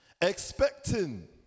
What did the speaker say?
expecting